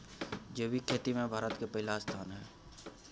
जैविक खेती में भारत के पहिला स्थान हय